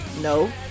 no